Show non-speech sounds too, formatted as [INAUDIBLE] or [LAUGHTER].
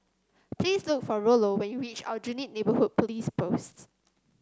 please look for Rollo when you reach Aljunied Neighbourhood [NOISE] Police Posts